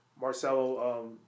Marcelo